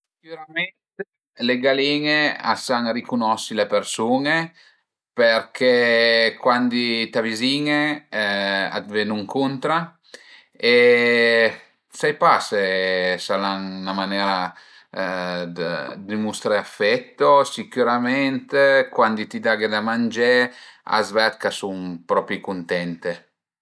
Sicürament le galin-e a sun ricunosi le persun-e perché cuandi t'avazin-e a t'venu ëncuntra e sai pa se s'al an 'na manera dë dimustré affetto, sicürament cuandi t'i daghe da mangé a s'ved ch'a sun propi cuntente